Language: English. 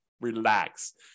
relax